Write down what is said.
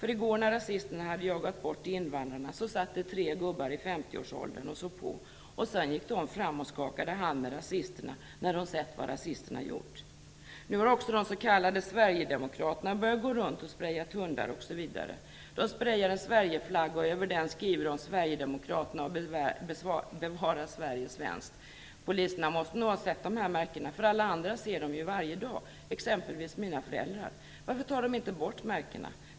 I går när rasisterna hade jagat bort invandrarna satt det tre gubbar i 50 årsåldern och såg på, och sedan gick de fram och skakade hand med rasisterna när de sett vad rasisterna gjort. Nu har också de s.k. Sverigedemokraterna börjat gå runt och spreja i tunnlar osv. De sprejar en Sverigeflagga, och över den skriver de Sverigedemokraterna och bevara Sverige svenskt. Poliserna måste nog ha sett de här märkena för alla andra ser dem ju varje dag - exempelvis mina föräldrar. Varför tar de inte bort märkena?